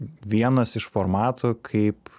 vienas iš formatų kaip